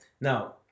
now